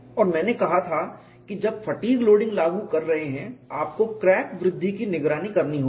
और मैंने कहा था कि जब फटीग लोडिंग लागू कर रहे हैं आपको क्रैक वृद्धि की निगरानी करनी होगी